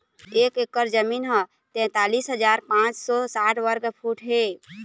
एक एकर जमीन ह तैंतालिस हजार पांच सौ साठ वर्ग फुट हे